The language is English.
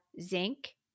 zinc